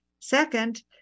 second